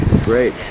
Great